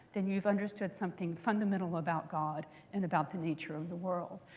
then you've understood something fundamental about god and about the nature of the world.